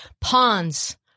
pawns